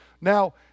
Now